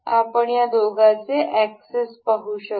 आपण या दोघांचे एक्सेस पाहू शकता